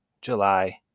July